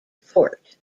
fort